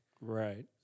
Right